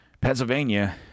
Pennsylvania